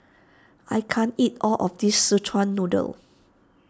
I can't eat all of this Szechuan Noodle